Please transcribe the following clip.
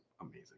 amazing